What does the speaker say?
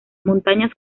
montañas